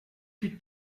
plus